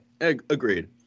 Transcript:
Agreed